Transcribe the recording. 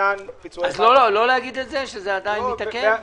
אז לא להגיד שזה עדין מתעכב?